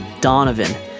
Donovan